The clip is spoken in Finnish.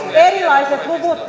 erilaiset luvut